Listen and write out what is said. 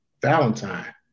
Valentine